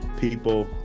people